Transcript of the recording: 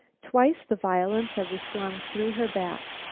twice the violence of the storm threw her back.